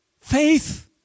faith